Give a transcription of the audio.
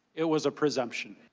it was a presumption.